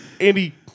Andy